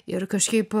ir kažkaip